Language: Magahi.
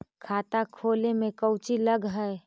खाता खोले में कौचि लग है?